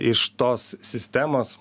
iš tos sistemos